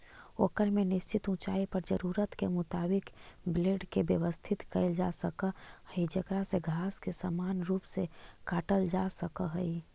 ओकर में निश्चित ऊँचाई पर जरूरत के मुताबिक ब्लेड के व्यवस्थित कईल जासक हई जेकरा से घास के समान रूप से काटल जा सक हई